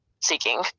seeking